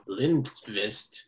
Lindvist